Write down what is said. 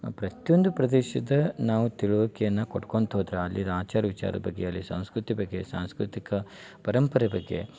ಪ್ರತಿಯೊಂದು ಪ್ರದೇಶದ ನಾವು ತಿಳ್ವಳಿಕೆಯನ್ನು ಕೊಟ್ಕೊತಾ ಹೋದ್ರೆ ಅಲ್ಲಿರ ಆಚಾರ ವಿಚಾರದ ಬಗ್ಗೆಯಾಗಲಿ ಸಂಸ್ಕೃತಿ ಬಗ್ಗೆ ಸಾಂಸ್ಕೃತಿಕ ಪರಂಪರೆ ಬಗ್ಗೆ